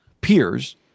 peers